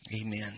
Amen